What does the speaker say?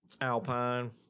Alpine